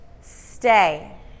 stay